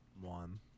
one